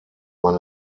man